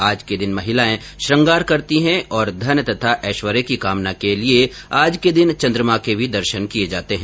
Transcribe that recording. आज के दिन महिलाएं श्रंगार करती है और धन तथा एश्वर्य की कामना के लिए आज के दिन चन्द्रमा के भी दर्शन किये जाते है